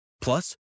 Plus